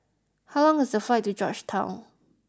how long is the flight to Georgetown